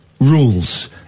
rules